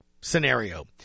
scenario